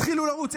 התחילו לרוץ,